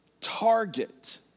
target